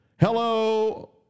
Hello